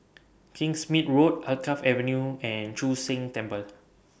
Kingsmead Road Alkaff Avenue and Chu Sheng Temple